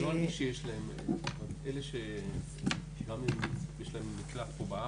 אלה שיש להן מקלט פה בארץ,